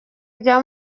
rya